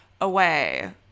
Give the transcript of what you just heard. away